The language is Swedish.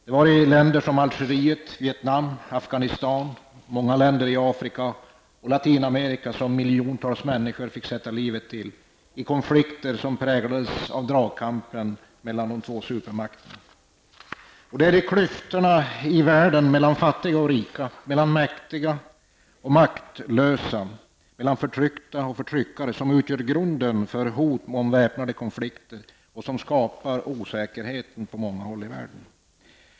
Det var i länder som Algeriet, Vietnam, Afghanistan, många länder i Afrika och Latinamerika som miljoner människor fick sätta livet till i konflikter som präglades av dragkampen mellan de två supermakterna. Det är klyftorna i världen mellan fattiga och rika, mellan mäktiga och maktlösa, mellan förtryckta och förtryckare som utgör grunden för hot om väpnade konflikter och som skapar osäkerhet på många håll i världen.